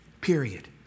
Period